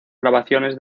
grabaciones